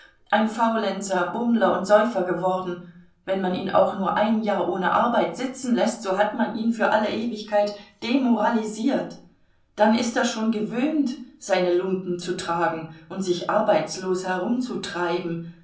ein faulenzer bummler und säufer geworden wenn man ihn auch nur ein jahr ohne arbeit sitzenläßt so hat man ihn für alle ewigkeit demoralisiert dann ist er schon gewöhnt seine lumpen zu tragen und sich arbeitslos herumzutreiben